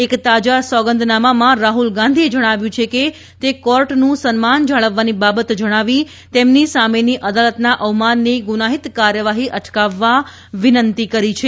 એક તાજા સોગંદનામામાં રાહુલ ગાંધીએ જણાવ્યું છે કે તે કોર્ટનું સન્માન જાળવવાની બાબત જણાવી તેમની સામેની અદાલતના અવમાનની ગુનાઇત કાર્યવાહી અટકાવવા વિનંતી કરી છે